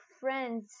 friends